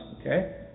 Okay